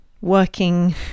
working